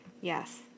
yes